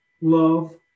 love